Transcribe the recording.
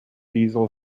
diesel